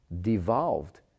devolved